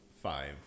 five